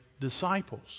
disciples